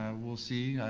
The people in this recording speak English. and we'll see.